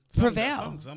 prevail